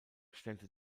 stellte